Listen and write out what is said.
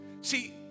see